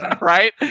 Right